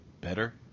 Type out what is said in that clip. better